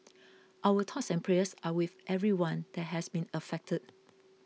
our thoughts and prayers are with everyone that has been affected